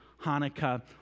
Hanukkah